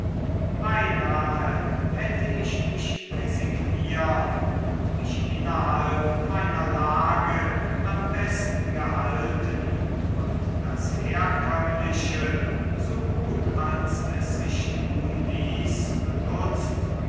beinahe hätte ich mich resigniert und mich innerhalb meiner lage am besten gehalten und das herkömmliche so gut als es sich tun ließ benutzt